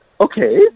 Okay